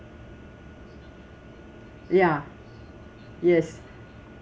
ya yes